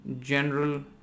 general